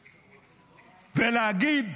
ולהגיד: